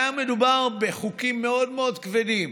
היה מדובר בחוקים מאוד מאוד כבדים.